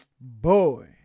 boy